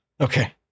Okay